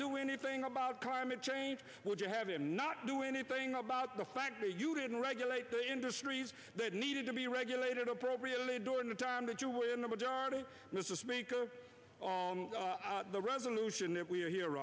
do anything about climate change would you have him not do anything about the fact that you didn't regulate the industries that needed to be regulated appropriately during the time that you were in the majority and this is the resolution that we are here